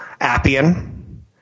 Appian